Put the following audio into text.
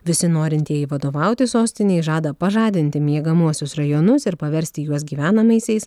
visi norintieji vadovauti sostinei žada pažadinti miegamuosius rajonus ir paversti juos gyvenamaisiais